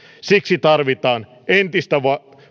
siksi tarvitaan entistä